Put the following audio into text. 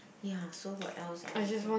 ya so what else I want to